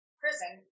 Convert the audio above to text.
prison